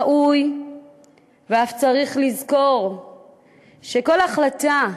ראוי ואף צריך לזכור שכל החלטה,